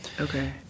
Okay